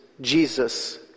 Jesus